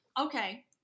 Okay